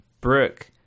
brooke